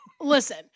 Listen